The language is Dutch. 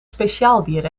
speciaalbier